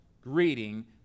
greeting